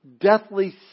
deathly